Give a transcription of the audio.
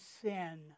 sin